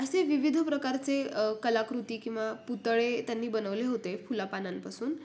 असे विविध प्रकारचे कलाकृती किंवा पुतळे त्यांनी बनवले होते फुला पान्यांपासून